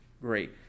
great